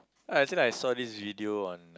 I think I saw this video on